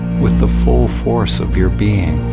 with the full force of your being.